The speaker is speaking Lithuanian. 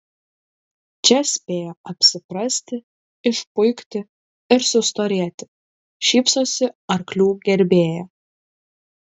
čia spėjo apsiprasti išpuikti ir sustorėti šypsosi arklių gerbėja